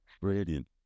Brilliant